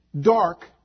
dark